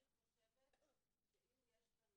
אני חושבת שאם יש לנו